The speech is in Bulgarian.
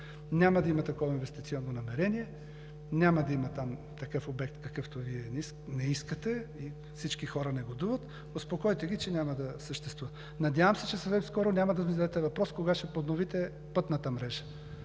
Няма да има такова инвестиционно намерение. Няма да има там такъв обект, какъвто Вие не искате и всички хора негодуват. Успокойте ги, че няма да съществува! Надявам се, че съвсем скоро няма да ми зададете въпрос: кога ще подновите пътната мрежа?